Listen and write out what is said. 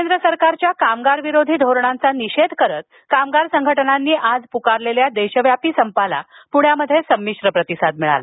केंद्र सरकारच्या कामगार विरोधी धोरणांचा निषेध करीत कामगार संघटनांनी आज पुकारलेल्या देशव्यापी संपाला पुण्यात संमिश्र प्रतिसाद मिळाला